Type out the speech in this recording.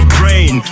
brain